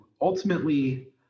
ultimately